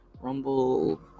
rumble